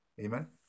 Amen